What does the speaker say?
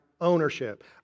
ownership